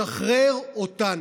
שחרר אותנו.